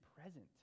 present